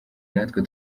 natwe